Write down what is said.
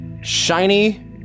shiny